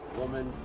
woman